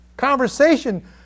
conversation